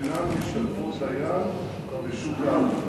שאינן משתתפות דיין בשוק העבודה,